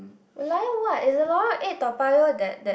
Lorong what is the Lorong Eight Toa-Payoh that that